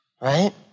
right